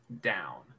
down